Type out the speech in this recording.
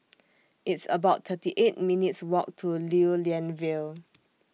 It's about thirty eight minutes' Walk to Lew Lian Vale